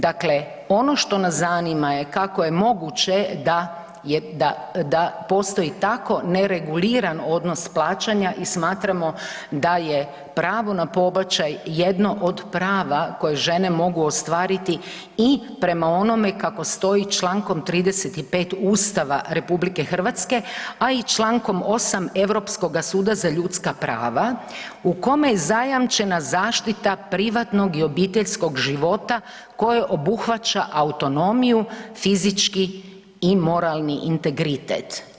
Dakle, ono što nas zanima je kako je moguće da je, da postoji tako nereguliran odnos plaćanja i smatramo da je pravo na pobačaj, jedno od prava koje žene mogu ostvariti i prema onome kako stoji čl. 35 Ustava RH, a i čl. 8 Europskoga suda za ljudska prava u kome je zajamčena zaštita privatnog i obiteljskog života koje obuhvaća autonomiju fizički i moralni integritet.